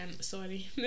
Sorry